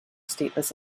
stateless